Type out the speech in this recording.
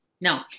No